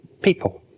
people